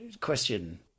question